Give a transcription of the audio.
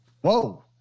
Whoa